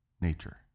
nature